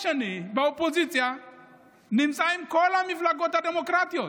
באופוזיציה נמצאות כל המפלגות הדמוקרטיות: